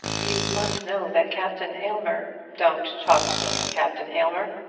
you must know that captain aylmer don't talk to me of captain aylmer.